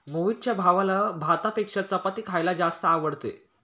मोहितच्या भावाला भातापेक्षा चपाती खायला जास्त आवडते